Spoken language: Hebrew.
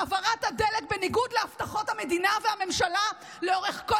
העברת הדלק בניגוד להבטחות המדינה והממשלה לאורך כל